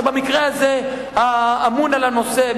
שבמקרה הזה אמון על הנושא,